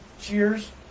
Cheers